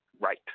Right